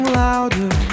louder